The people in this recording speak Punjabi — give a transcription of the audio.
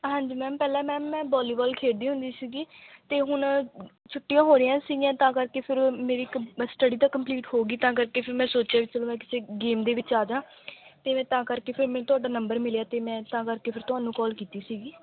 ਹਾਂਜੀ ਮੈਮ ਪਹਿਲਾਂ ਮੈਮ ਮੈਂ ਵੋਲੀਬਾਲ ਖੇਡਦੀ ਹੁੰਦੀ ਸੀਗੀ ਅਤੇ ਹੁਣ ਛੁੱਟੀਆਂ ਹੋ ਰਹੀਆਂ ਸੀਗੀਆਂ ਤਾਂ ਕਰਕੇ ਫਿਰ ਮੇਰੀ ਇੱਕ ਸਟੱਡੀ ਤਾਂ ਕੰਪਲੀਟ ਹੋ ਗਈ ਤਾਂ ਕਰਕੇ ਫਿਰ ਮੈਂ ਸੋਚਿਆ ਚਲੋ ਮੈਂ ਕਿਸੇ ਗੇਮ ਦੇ ਵਿੱਚ ਆ ਜਾਂ ਅਤੇ ਮੈਂ ਤਾਂ ਕਰਕੇ ਫਿਰ ਮੈਨੂੰ ਤੁਹਾਡਾ ਨੰਬਰ ਮਿਲਿਆ ਅਤੇ ਮੈਂ ਤਾਂ ਕਰਕੇ ਫਿਰ ਤੁਹਾਨੂੰ ਕਾਲ ਕੀਤੀ ਸੀਗੀ